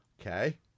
okay